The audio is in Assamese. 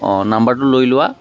অঁ নাম্বাৰটো লৈ লোৱা